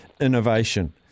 innovation